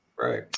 Right